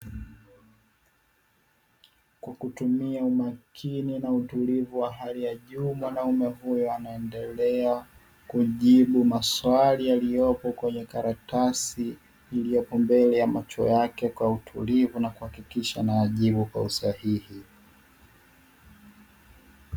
Kwa kutumia umakini na utulivu wa hali ya juu mwanaume huyu anaendelea kujibu maswali yaliyopo kwenye karatasi iliyopo mbele ya macho yake kwa utulivu na kuhakikisha anayajibu kwa usahihi.